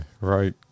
Right